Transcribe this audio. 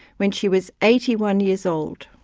when she was eighty one years old.